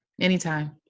Anytime